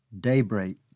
Daybreak